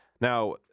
Now